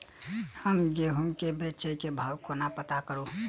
हम गेंहूँ केँ बेचै केँ भाव कोना पत्ता करू?